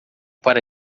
para